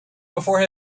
before